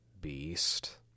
beast